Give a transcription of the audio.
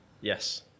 Yes